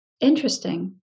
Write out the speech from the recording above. Interesting